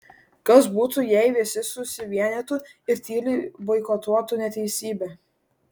kas būtų jei visi susivienytų ir tyliai boikotuotų neteisybę